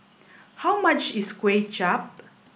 how much is Kway Chap